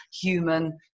human